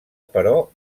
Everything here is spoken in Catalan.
però